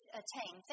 attain